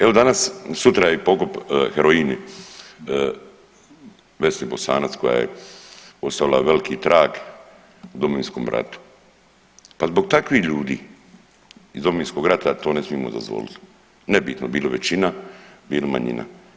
Evo danas, sutra je pokop heroini Vesni Bosanac koja je ostavila veliki trag u Domovinskom ratu, pa zbog takvih ljudi iz Domovinskog rata to ne smijemo dozvoliti nebitno bili većina, bili manjina.